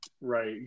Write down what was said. right